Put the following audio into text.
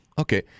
Okay